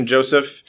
Joseph